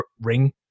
ring